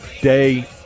day